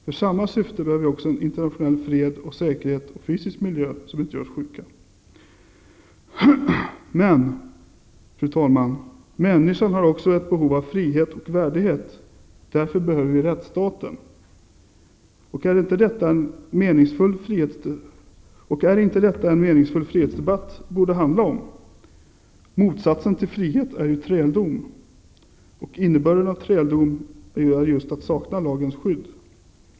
För samma syfte behöver vi också internationell fred och säkerhet och en fysisk miljö som inte gör oss sjuka. Fru talman! Men människan har också ett behov av frihet och värdighet. Därför behöver vi rättsstaten. Är det inte detta en meningsfull frihetsdebatt borde handla om? Motsatsen till frihet är ju träldom. Innebörden av träldom är just att sakna lagens skydd.